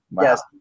Yes